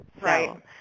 Right